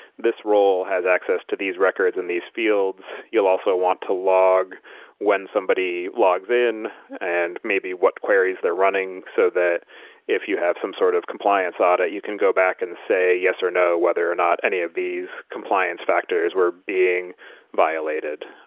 this role has access to these records in these fields. you'll also want to log when somebody logs in and maybe what queries they're running. so that if you have some sort of compliance audit, you can go back and say yes or no whether or not any of these compliance factors were being violated.